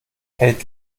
hält